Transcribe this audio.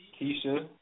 Keisha